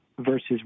versus